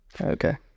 Okay